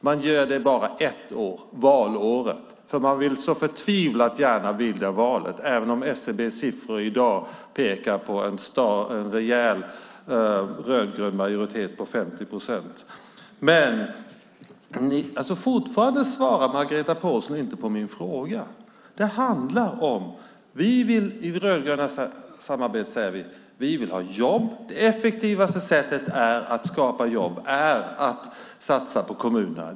Man gör det bara ett år, valåret, för man vill så förtvivlat gärna vinna valet även om SCB:s siffror i dag pekar på en rejäl rödgrön majoritet på 50 procent. Fortfarande svarar Margareta Pålsson inte på min fråga. Inom det rödgröna samarbetet säger vi att vi vill ha jobb, och det effektivaste sättet att skapa jobb är att satsa på kommunerna.